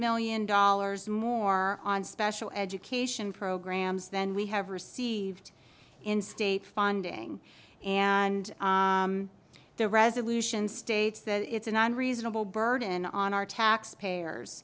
million dollars more on special education programs then we have received in state funding and the resolution states that it's an unreasonable burden on our